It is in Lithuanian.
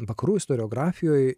vakarų istoriografijoj